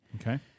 okay